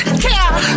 care